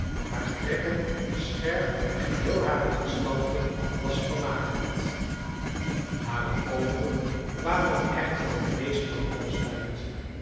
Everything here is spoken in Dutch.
hare trekken scherp en geheel hare gestalte was vermagerd hare oogen kwamen echter het meest van alles uit zoo